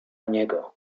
niego